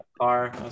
car